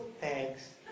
thanks